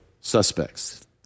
suspects